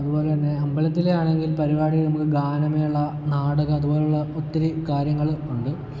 അതുപോലെ തന്നെ അമ്പലത്തിലെ ആണെങ്കിൽ പരിപാടികൾക്ക് ഗാനമേള നാടകം അതുപോലെയുള്ള ഒത്തിരി കാര്യങ്ങൾ ഉണ്ട്